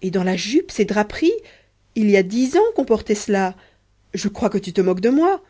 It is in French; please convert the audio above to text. et dans la jupe ces draperies il y a dix ans qu'on portait cela je crois que tu te moques de moi